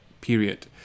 period